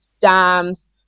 dams